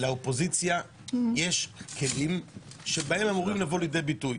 לאופוזיציה יש כלים שבהם אמורים לבוא לידי ביטוי.